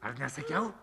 ar nesakiau